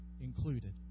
included